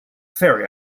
ferry